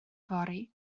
yfory